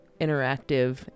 Interactive